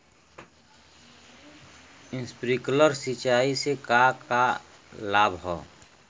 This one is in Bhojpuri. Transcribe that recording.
स्प्रिंकलर सिंचाई से का का लाभ ह?